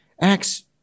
Acts